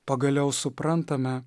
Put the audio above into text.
pagaliau suprantame